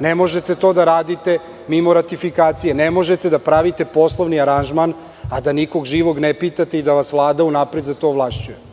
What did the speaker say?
Ne možete to da radite mimo ratifikacije. Ne možete da pravite poslovni aranžman, a da nikog živog ne pitate i da vas Vlada unapred za to ovlašćuje.